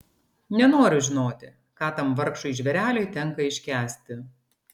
nenoriu žinoti ką tam vargšui žvėreliui tenka iškęsti